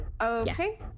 Okay